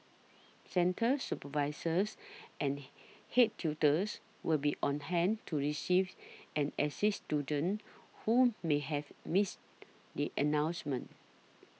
centre supervisors and head tutors will be on hand to receive and assist students who may have missed the announcement